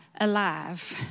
alive